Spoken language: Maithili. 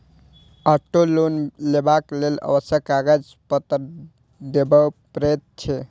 औटो लोन लेबाक लेल आवश्यक कागज पत्तर देबअ पड़ैत छै